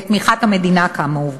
בתמיכת המדינה כאמור.